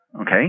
okay